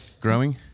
growing